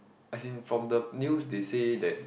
as in from the news they say that